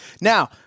Now